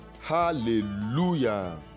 Hallelujah